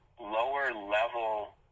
lower-level